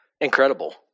Incredible